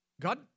God